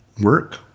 work